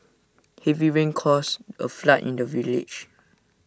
heavy rains caused A flood in the village